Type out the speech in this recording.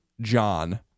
John